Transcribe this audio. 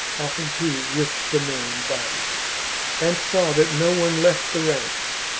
often, too, with the main body and saw that no one left the ranks,